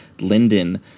Linden